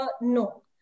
no